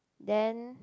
then